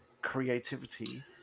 creativity